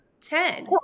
ten